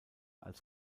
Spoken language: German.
als